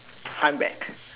I'm back